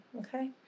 okay